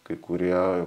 kai kurie